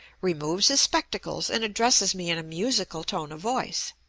removes his spectacles and addresses me in a musical tone of voice.